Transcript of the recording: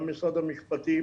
גם משרד המשפטים